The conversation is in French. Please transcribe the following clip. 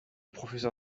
professeur